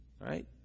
right